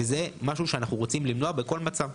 וזה משהו שאנחנו רוצים למנוע בכל מצב.